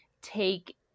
take